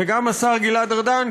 וגם השר גלעד ארדן,